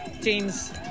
teams